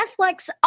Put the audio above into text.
Netflix